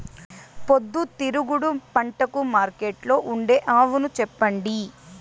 పొద్దుతిరుగుడు పంటకు మార్కెట్లో ఉండే అవును చెప్పండి?